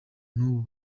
n’ubu